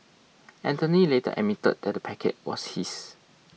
Anthony later admitted that the packet was his